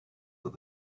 that